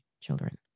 children